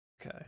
okay